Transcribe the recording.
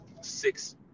six